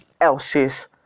else's